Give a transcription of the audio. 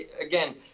again